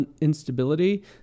instability